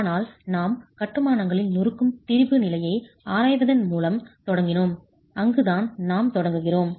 ஆனால் நாம் கட்டுமானங்களில் நொறுக்கும் திரிபு நிலையை ஆராய்வதன் மூலம் தொடங்கினோம் அங்குதான் நாம் தொடங்குகிறோம்